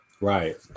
Right